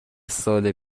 سال